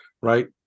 right